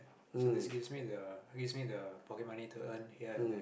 so this give me the give me the pocket money to earn here and there